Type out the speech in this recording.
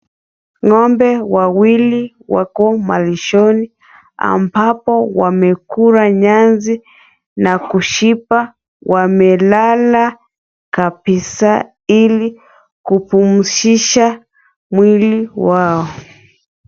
Ng'ombe wawili wako malishoni, ambapo wamekula nyasi na kushiba. Wamelala kabisa ili kupumzisha mwili wao.